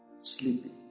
sleeping